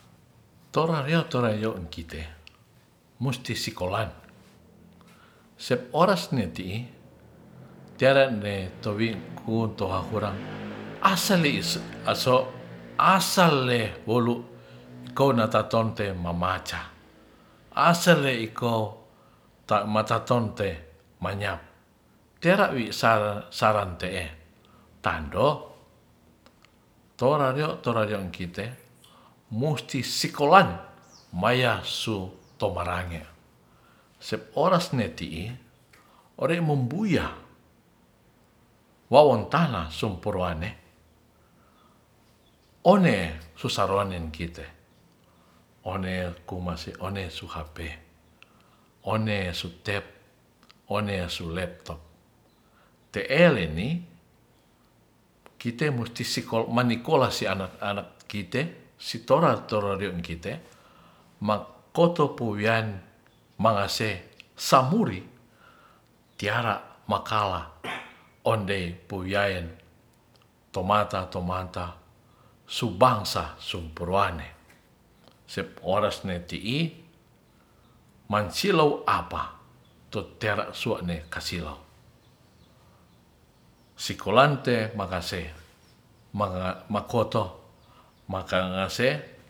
Tora'riya tora'iyong ikite musti sikolan se'oras ne'ti'i nuwingku towahurang aseliisu aso asal le wolu'ikounatatonte mamaca asal le ikou matatonte manyap tera'wi sang te'e tando tora riyo'- torayang inkite musti sikolan maya su tobarange sep oras ne ti'i ore'mumbuya wawontala sumpurowane one'susarowenne kite one kumasih one suhape one su tab one su laptop te'eleni kite musti manik kola si anak-anak kite sitorak-torangriung kite mak koto puyan mangase samuri tiara makala ondei pouyayen tomata-tomata subangsa suporuwane sep ores ni ti'i mansilau apah tu te'ra sua'ne kasilow sikolan te makase ma makoto makangse